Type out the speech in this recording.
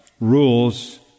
rules